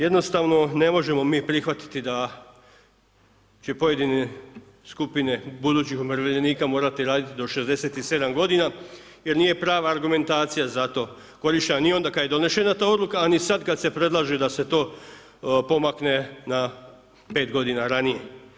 Jednostavno ne možemo mi prihvatiti da će pojedine skupine budućih umirovljenika morati raditi do 67 godina jer nije prava argumentacija za to korištena ni onda kada je donešena ta odluka a ni sad kad se predlaže da se to pomakne na 5 godina ranije.